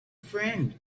friend